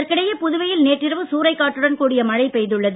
இதற்கிடையே புதுவையில் நேற்றிரவு சூறைக்காற்றுடன் கூடிய மழை பெய்துள்ளது